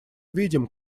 видим